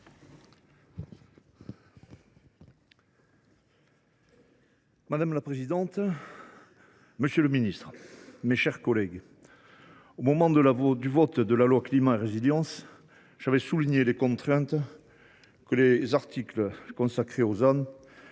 Madame la présidente, monsieur le ministre, mes chers collègues, au moment du vote de la loi Climat et résilience, j’avais souligné les contraintes que les articles consacrés au ZAN